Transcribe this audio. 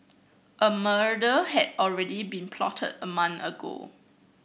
a murder had already been plotted a month ago